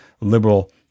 liberal